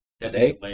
today